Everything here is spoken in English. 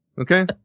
Okay